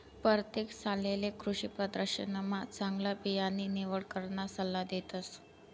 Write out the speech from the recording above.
परतेक सालले कृषीप्रदर्शनमा चांगला बियाणानी निवड कराना सल्ला देतस